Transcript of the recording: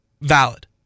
valid